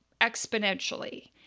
exponentially